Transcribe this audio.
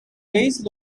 base